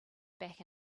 back